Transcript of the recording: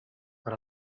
per